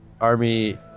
army